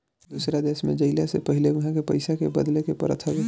दूसरा देश में जइला से पहिले उहा के पईसा के बदले के पड़त हवे